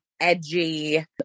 edgy